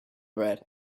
bread